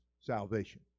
salvation